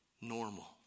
normal